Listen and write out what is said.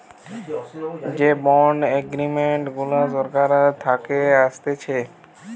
যে bond agreement গুলা সরকার থাকে আসতেছে